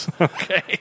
Okay